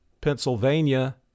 Pennsylvania